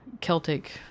Celtic